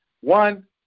one